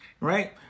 Right